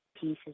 pieces